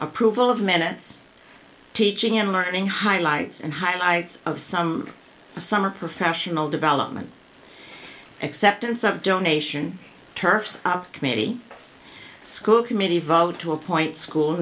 approval of minutes teaching and learning highlights and highlights of some summer professional development acceptance of donation turfs committee school committee vote to appoint school